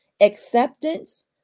Acceptance